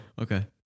Okay